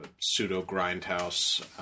pseudo-grindhouse